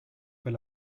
per